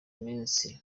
iminsi